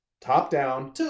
top-down